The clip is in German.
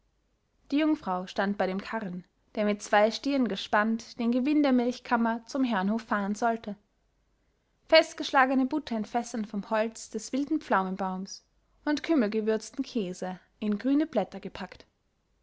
die jungfrau stand bei dem karren der mit zwei stieren bespannt den gewinn der milchkammer zum herrenhof fahren sollte festgeschlagene butter in fässern vom holz des wilden pflaumenbaums und kümmelgewürzten käse in grüne blätter gepackt